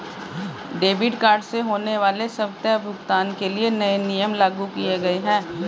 debit card से होने वाले स्वतः भुगतान के लिए नए नियम लागू किये गए है